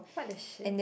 !what the shit!